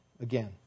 again